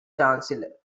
chancellor